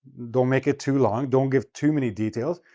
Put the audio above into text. don't make it too long, don't give too many details,